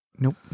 Nope